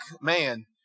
man